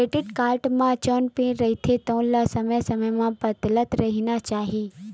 debit card म जउन PIN रहिथे तउन ल समे समे म बदलत रहिना चाही